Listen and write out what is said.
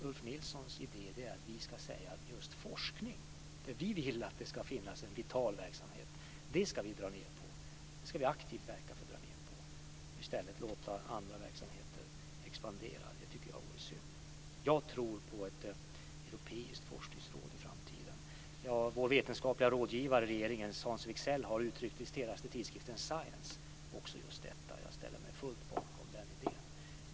Ulf Nilsson idé är att vi ska säga att vi aktivt ska verka för att dra ned på just forskning, där vi vill att det ska finnas en vital verksamhet, och i stället låta andra verksamheter expandera. Det vore synd. Jag tror på ett europeiskt forskningsråd i framtiden. Vår vetenskapliga rådgivare i regeringen, Hans Wigzell, har uttryckt detta i senaste numret av tidskriften Science. Jag ställer mig fullt bakom den idén.